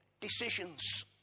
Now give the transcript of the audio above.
decisions